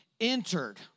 entered